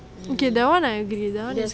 okay that [one] I agree that [one] is